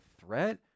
threat